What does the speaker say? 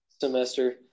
semester